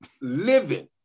living